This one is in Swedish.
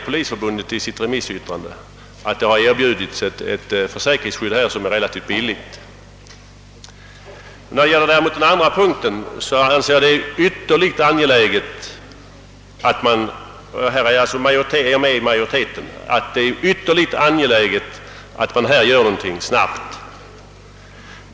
Polisförbundet säger i sitt remissyttrande, att det har erbjudits ett relativt billigt försäkringsskydd. När det däremot gäller den andra punkten anser jag att det är ytterligt angeläget — och även här tillhör jag alltså majoriteten — att man snabbt gör någonting.